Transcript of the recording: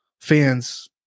fans